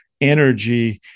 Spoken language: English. energy